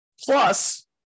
Plus